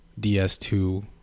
DS2